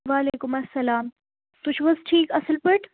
وعلیکُم اَسلام تُہۍ چھِو حظ ٹھیٖک اَصٕل پٲٹھۍ